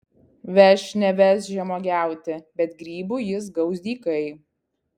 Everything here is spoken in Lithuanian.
veš neveš žemuogiauti bet grybų jis gaus dykai